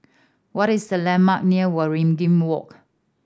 what is the landmark near Waringin Walk